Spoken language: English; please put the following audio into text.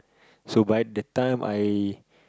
so by the time I